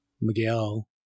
Miguel